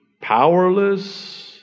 powerless